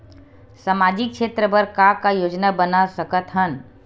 सामाजिक क्षेत्र बर का का योजना बना सकत हन?